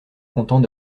contents